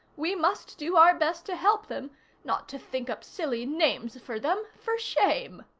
we must do our best to help them not to think up silly names for them. for shame!